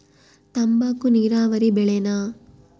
ತಂಬಾಕು ನೇರಾವರಿ ಬೆಳೆನಾ?